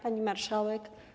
Pani Marszałek!